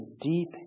deep